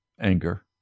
anger